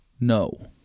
no